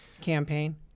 campaign